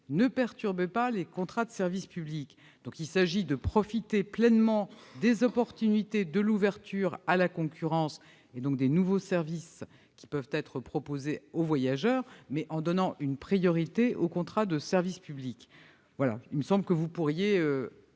ne perturbent pas les contrats de service public. L'objectif est de profiter pleinement des opportunités offertes par l'ouverture à la concurrence, et donc des nouveaux services qui peuvent être proposés aux voyageurs, tout en donnant une priorité aux contrats de service public. Il me semble que vous pourriez